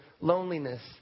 loneliness